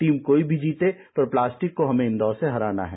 team कोई भी जीते पर प्लास्टिक को इन्दौर से हराना है